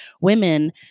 women –